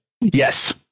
Yes